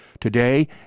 Today